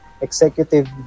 Executive